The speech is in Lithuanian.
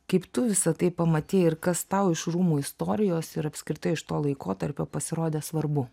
kaip tu visą tai pamatei ir kas tau iš rūmų istorijos ir apskritai iš to laikotarpio pasirodė svarbu